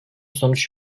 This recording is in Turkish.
sonuç